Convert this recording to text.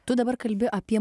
tu dabar kalbi apie